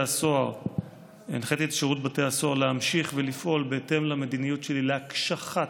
הסוהר להמשיך ולפעול בהתאם למדיניות שלי להקשחת,